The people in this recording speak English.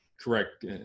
correct